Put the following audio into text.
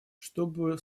чтобы